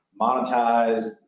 monetize